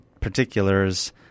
particulars